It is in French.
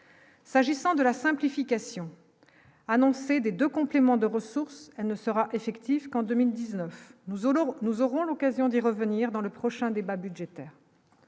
s'agissant de la simplification annoncée des de complément de ressources ne sera effective qu'en 2019 nous nord, nous aurons l'occasion d'y revenir dans le prochain débat budgétaire,